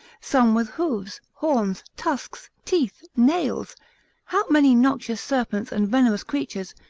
some with hoofs, horns, tusks, teeth, nails how many noxious serpents and venomous creatures,